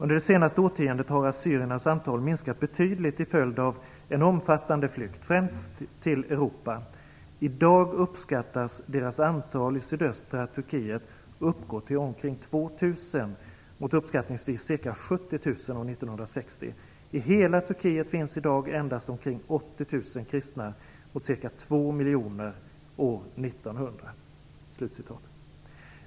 Under det senaste årtiondet har assyriernas antal minskat betydligt till följd av en omfattande flykt, främst till Europa. I dag uppskattas deras antal i sydöstra Turkiet uppgå till omkring 2 000, mot uppskattningsvis ca 70 000 år 1960. I hela Turkiet finns i dag endast omkring 80 000 kristna mot ca 2 miljoner år 1900."